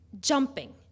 jumping